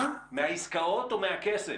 מהעסקאות או מהכסף?